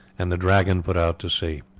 and the dragon put out to sea.